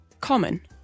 common